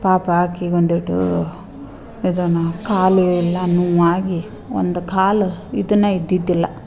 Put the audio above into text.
ಪಾಪ ಆಕೆಗ್ ಒಂದಿಷ್ಟೂ ಇದ ಕಾಲೀನೆಲ್ಲ ನೋವಾಗಿ ಒಂದು ಕಾಲು ಇದು ಇದ್ದಿದ್ದಿಲ್ಲ